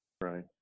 Right